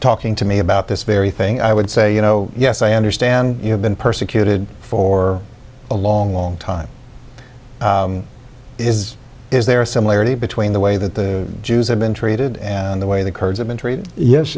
talking to me about this very thing i would say you know yes i understand you have been persecuted for a long long time is there a similarity between the way that the jews have been treated and the way the